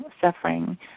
suffering